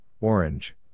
orange